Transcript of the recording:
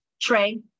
Trey